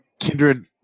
Kindred